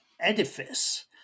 edifice